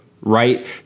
right